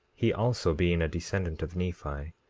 he also being a descendant of nephi.